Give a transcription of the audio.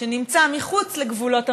שנמצא מחוץ לגבולות המדינה,